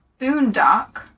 boondock